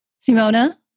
Simona